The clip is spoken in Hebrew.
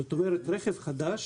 זאת אומרת שרכב חדש